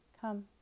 Come